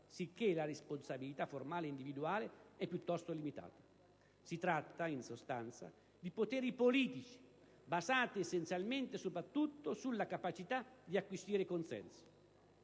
sicché la responsabilità formale individuale è piuttosto limitata. Si tratta, in sostanza, di poteri "politici", basati essenzialmente e soprattutto sulla capacità di acquisire consenso.